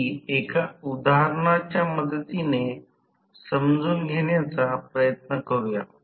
तर आपण थियोव्हिन प्रमेयचा अभ्यास केलेला